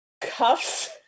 cuffs